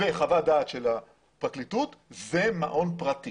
וחוות דעת של הפרקליטות, זה מעון פרטי